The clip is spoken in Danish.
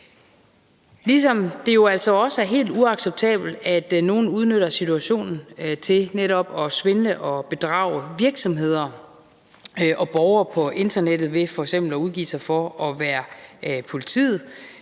utrygge. Det er ligeledes helt uacceptabelt, at nogle udnytter situationen til netop at svindle og bedrage over for virksomheder og borgere på internettet ved f.eks. at udgive sig for at være politiet